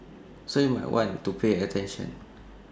so you might want to pay attention